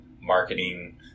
marketing